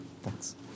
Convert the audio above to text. Thanks